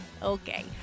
Okay